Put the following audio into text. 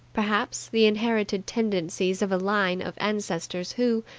perhaps the inherited tendencies of a line of ancestors who,